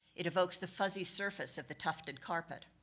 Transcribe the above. it evokes the fuzzy surface of the tufted carpet.